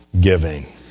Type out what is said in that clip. giving